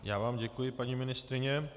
Já vám děkuji, paní ministryně.